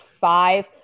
five